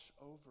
over